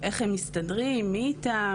איך הם מסתדרים, מי איתם.